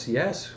yes